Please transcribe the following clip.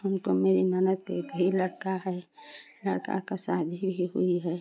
उनको मेरी ननद को एक ही लड़का है लड़का का शादी भी हुई है